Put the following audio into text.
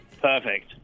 Perfect